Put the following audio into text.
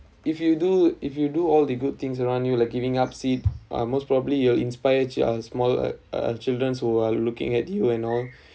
if you do if you do all the good things around you like giving up seat uh most probably you will inspire uh small uh uh children who are looking at you and all